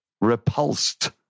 repulsed